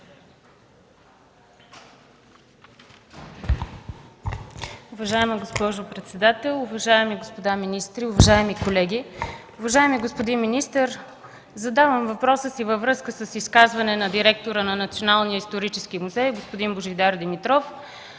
Уважаема госпожо председател, уважаеми господа министри, уважаеми колеги! Уважаеми господин министър, задавам въпроса си във връзка с изказване на директора на Националния исторически музей господин Божидар Димитров